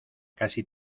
casi